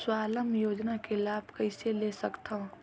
स्वावलंबन योजना के लाभ कइसे ले सकथव?